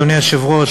אדוני היושב-ראש,